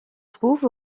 trouve